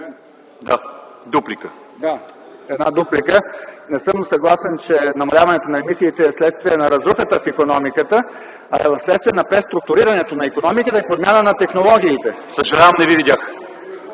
на дуплика. ЛЪЧЕЗАР ТОШЕВ (СК): Не съм съгласен, че намаляването на емисиите вследствие на разрухата в икономиката, а е вследствие на преструктурирането на икономиката и подмяна на технологиите. Това беше